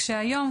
היום,